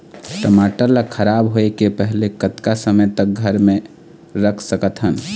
टमाटर ला खराब होय के पहले कतका समय तक घर मे रख सकत हन?